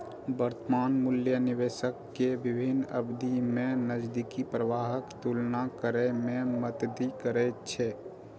वर्तमान मूल्य निवेशक कें विभिन्न अवधि मे नकदी प्रवाहक तुलना करै मे मदति करै छै